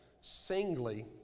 singly